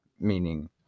meaning